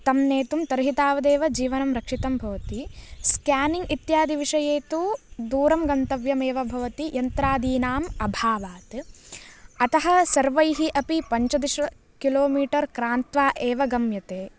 तं नेतुं तर्हि तावदेव जीवनं रक्षितं भवति स्केनिङ्ग् इत्यादिविषये तु दूरं गन्तव्यमेव भवति यन्त्रादीनाम् अभावात् अतः सर्वैः अपि पञ्चदशकिलोमीटर् क्रान्त्वा एव गम्यते